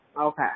Okay